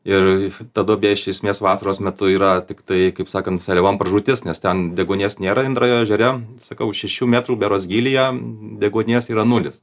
ir ta duobė iš esmės vasaros metu yra tiktai kaip sakant seliavom pražūtis nes ten deguonies nėra indrajo ežere sakau šešių metrų berods gylyje deguonies yra nulis